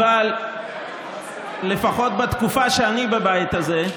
אבל לפחות בתקופה שאני בבית הזה,